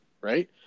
right